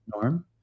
norm